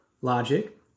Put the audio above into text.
logic